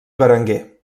berenguer